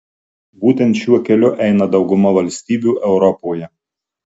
būtent šiuo keliu eina dauguma valstybių europoje